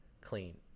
Clean